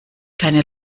keine